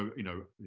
you know,